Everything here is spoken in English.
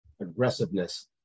aggressiveness